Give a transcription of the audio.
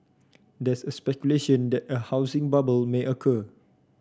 there's a speculation that a housing bubble may occur